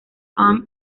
aang